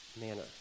manner